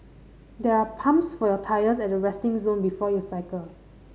there are pumps for your tyres at the resting zone before you cycle